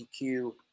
EQ